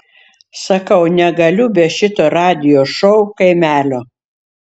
sakau negaliu be šito radijo šou kaimelio